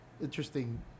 interesting